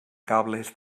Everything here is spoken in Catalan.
cables